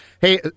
Hey